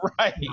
Right